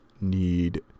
need